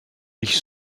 ich